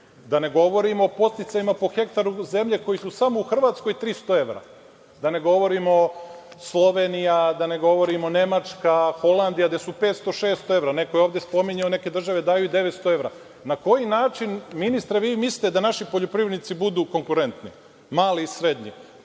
Da ne govorim o podsticajima po hektaru zemlje koji su samo u Hrvatskoj 300 evra, da ne govorimo Slovenija, da ne govorimo Nemačka, Holandija, gde su 500-600 evra. Neko je ovde spominjao da neke države daju i 900 evra. Na koji način vi ministre mislite da naši poljoprivrednici budu konkurentni, mali i srednji?